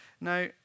Now